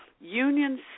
Unions